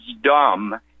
dumb